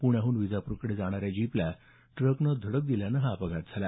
प्रण्याहून विजाप्ररकडे जाणाऱ्या जीपला ट्रकने धडक दिल्याने हा अपघात झाला